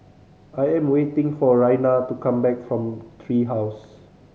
I am waiting for Raina to come back from Tree House